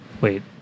Wait